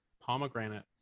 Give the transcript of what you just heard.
pomegranate